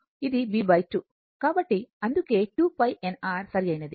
కాబట్టి అందుకే 2 π n r సరియైనది